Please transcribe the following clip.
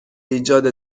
ایجاد